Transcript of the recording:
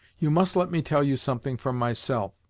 you must let me tell you something from myself.